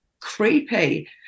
creepy